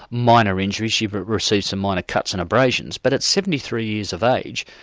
minor injuries. she but received some minor cuts and abrasions, but at seventy three years of age,